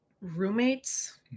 roommates